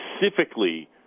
specifically